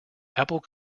apple